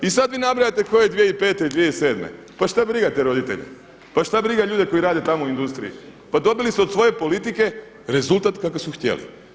I sada vi nabrajate koje 2005., 2007. pa šta briga te roditelje, pa šta briga te ljude koji rade tamo u industriji pa dobili su od svoje politike rezultat kakav su htjeli.